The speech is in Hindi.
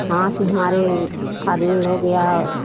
हाँ कि हमारे आदमी लोग या